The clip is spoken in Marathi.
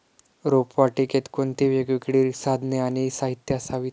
रोपवाटिकेत कोणती वेगवेगळी साधने आणि साहित्य असावीत?